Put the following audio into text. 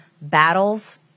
battles